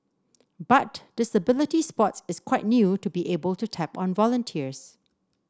but disability sports is quite new to be able to tap on volunteers